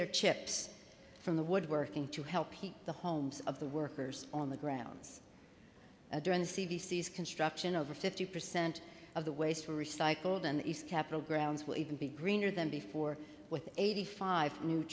their chips from the wood working to help heat the homes of the workers on the ground during the c d c s construction over fifty percent of the waste are recycled and the capitol grounds will even be greener than before with eighty five new